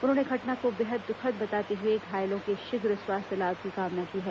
उन्होंने घटना को बेहद दुःखद बताते हुए घायलों के शीघ्र स्वास्थ्य लाभ की कामना की है